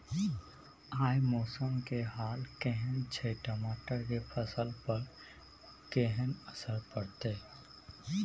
आय मौसम के हाल केहन छै टमाटर के फसल पर केहन असर परतै?